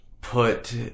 put